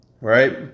right